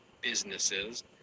businesses